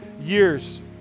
years